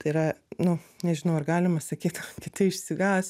tai yra nu nežinau ar galima sakyt kiti išsigąs